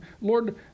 Lord